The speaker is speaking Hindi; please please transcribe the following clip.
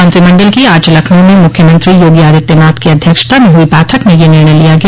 मंत्रिमंडल की आज लखनऊ में मुख्यमंत्री योगी आदित्यनाथ की अध्यक्षता में हुई बैठक में यह निर्णय लिया गया